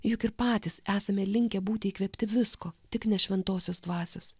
juk ir patys esame linkę būti įkvėpti visko tik ne šventosios dvasios